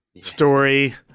story